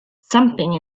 something